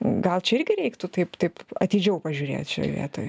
gal čia irgi reiktų taip taip atidžiau pažiūrėt šioj vietoj